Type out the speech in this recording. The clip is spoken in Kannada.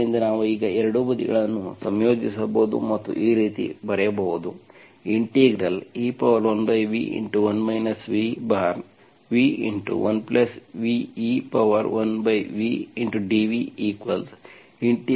ಆದ್ದರಿಂದ ನಾವು ಈಗ ಎರಡೂ ಬದಿಗಳನ್ನು ಸಂಯೋಜಿಸಬಹುದು ಮತ್ತು ಈ ರೀತಿ ಬರೆಯಬಹುದು e1v1 v v1v e1vdv dxxC